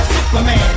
Superman